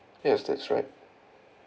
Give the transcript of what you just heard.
yes that's right